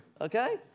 okay